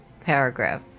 paragraph